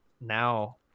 now